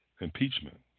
impeachment